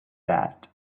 that